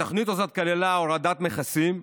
התוכנית הזאת כללה הורדת מכסים,